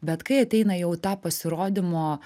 bet kai ateina jau ta pasirodymo